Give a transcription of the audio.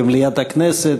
במליאת הכנסת,